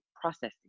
processing